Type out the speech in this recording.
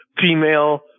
female